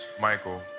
Michael